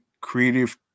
creative